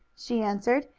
she answered.